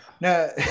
no